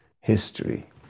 history